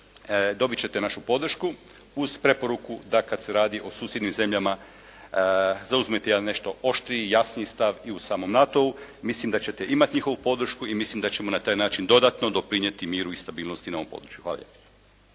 dobit ćete našu podršku uz preporuku da kad se radi o susjednim zemljama zauzmete jedan nešto oštriji, jasni stav i u samom NATO-u, mislim da ćete imati njihovu podršku i mislim da ćemo na taj način dodatno doprinijeti miru i stabilnosti na ovom području. Hvala